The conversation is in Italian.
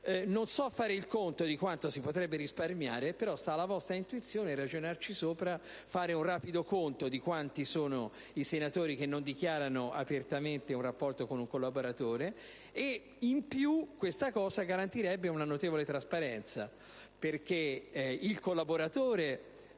Non so fare il conto di quanto si potrebbe risparmiare, però sta alla vostra intuizione ragionarci sopra, facendo un rapido conto di quanti sono i senatori che non dichiarano apertamente un rapporto con un collaboratore. In più, ciò garantirebbe una notevole trasparenza, perché il collaboratore